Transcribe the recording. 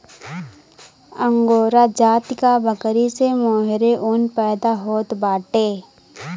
angora जाति क बकरी से मोहेर ऊन पैदा होत बाटे